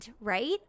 right